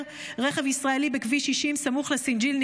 רכב ישראלי בכביש 60 סמוך לסינג'יל,